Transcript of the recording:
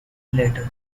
later